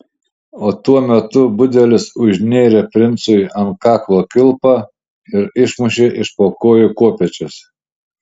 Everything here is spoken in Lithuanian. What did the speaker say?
o tuo metu budelis užnėrė princui ant kaklo kilpą ir išmušė iš po kojų kopėčias